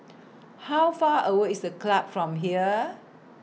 How Far away IS A Club from here